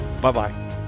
Bye-bye